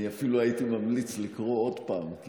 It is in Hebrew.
אני אפילו הייתי ממליץ לקרוא עוד פעם,